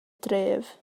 dref